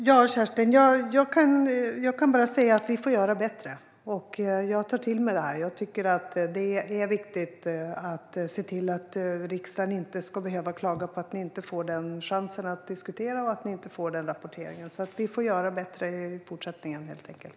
Herr talman! Jag kan bara säga till Kerstin Lundgren att vi får göra det bättre. Jag tar till mig det här. Jag tycker att det är viktigt att se till att riksdagen inte ska behöva klaga på att ni inte får rapporteringen och en chans att diskutera. Vi får göra det bättre i fortsättningen, helt enkelt.